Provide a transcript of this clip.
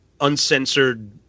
uncensored